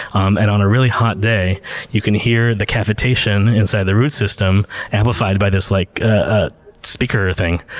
um and on a really hot day you can hear the cavitation inside the root system amplified by this like ah speaker thing.